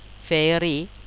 fairy